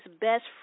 best